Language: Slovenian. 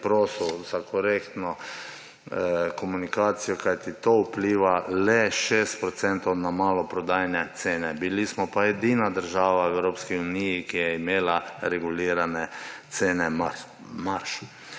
prosil za korektno komunikacijo, kajti to vpliva le 6 % na maloprodajne cene, bili smo pa edina država v Evropski uniji, ki je imela regulirane cene marž.